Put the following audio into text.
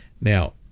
Now